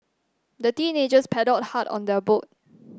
the teenagers paddled hard on their boat